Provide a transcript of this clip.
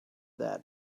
that